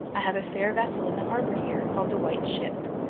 i have a fair vessel in the harbour here, called the white ship,